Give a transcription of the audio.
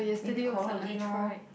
maybe quarrel again lor